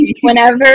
whenever